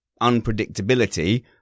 unpredictability